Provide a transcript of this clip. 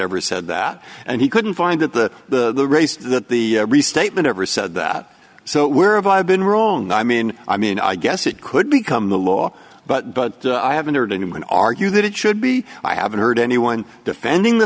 ever said that and he couldn't find that the race that the restatement ever said that so we're of i've been wrong i mean i mean i guess it could become the law but i haven't heard anyone argue that it should be i haven't heard anyone defending the